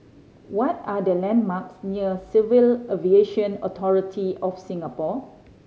what are the landmarks near Civil Aviation Authority of Singapore